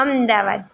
Ahmedabad